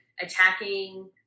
attacking